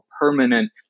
permanent